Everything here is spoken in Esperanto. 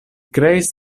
kreis